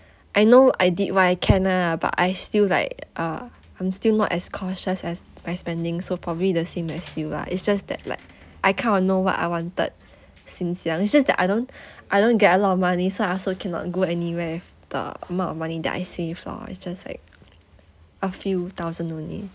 I know I did what I can ah but I still like uh I'm still not as cautious as my spending so probably the same as you lah it's just that like I kind of know what I wanted since young it's just that I don't I don't get a lot of money so I also cannot go anywhere with the amount of money that I save lor it's just like a few thousand only